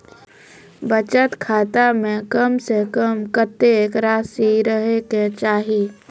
बचत खाता म कम से कम कत्तेक रासि रहे के चाहि?